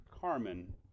Carmen